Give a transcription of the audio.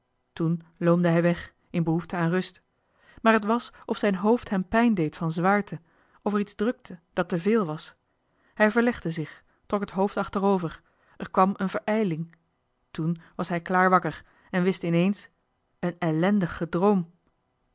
toen loomde hij weg in behoefte aan rust maar het was of zijn hoofd hem pijn deed van zwaarte of er iets drukte dat te veel was hij verlegde zich trok het hoofd achterover er kwam een verijling toen was hij klaar wakker en wist in-eens een ellendig gedroom